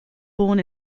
born